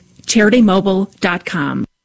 CharityMobile.com